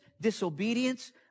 disobedience